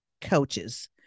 coaches